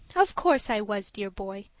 of course, i was, dear boy.